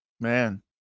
man